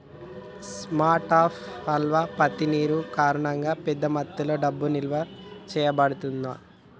store of value పనితీరు కారణంగా, పెద్ద మొత్తంలో డబ్బు నిల్వ చేయబడతాది